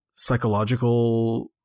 psychological